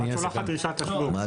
את שולחת דרישת תשלום.